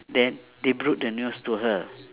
then they broke the news to her